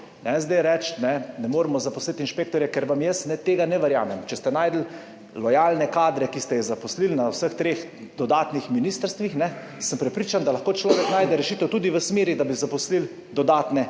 Reči, ne, ne moremo zaposliti inšpektorjev, ker vam jaz tega ne verjamem. Če ste našli lojalne kadre, ki ste jih zaposlili na vseh treh dodatnih ministrstvih, sem prepričan, da lahko človek najde rešitev tudi v smeri, da bi zaposlili dodatne